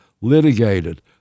litigated